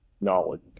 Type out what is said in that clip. knowledge